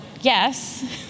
yes